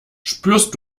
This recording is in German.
spürst